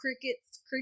crickets